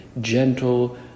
gentle